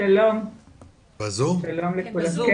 שלום לכולם.